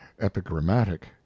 epigrammatic